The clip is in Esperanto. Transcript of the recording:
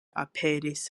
aperis